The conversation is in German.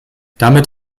damit